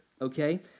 okay